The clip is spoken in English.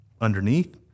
underneath